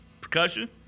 Percussion